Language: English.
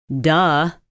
Duh